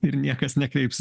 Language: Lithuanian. ir niekas nekreips